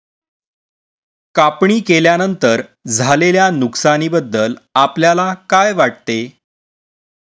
कापणी केल्यानंतर झालेल्या नुकसानीबद्दल आपल्याला काय वाटते?